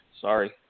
sorry